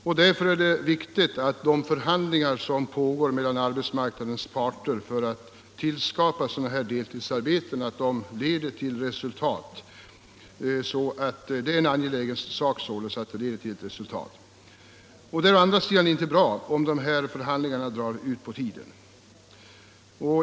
Det är därför viktigt att de förhandlingar som pågår mellan arbetsmarknadens parter för att skapa deltidsarbeten leder till resultat. Å andra sidan är det inte bra om dessa förhandlingar drar ut på tiden.